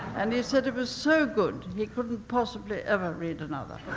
and he said it was so good he couldn't possibly ever read another.